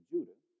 Judah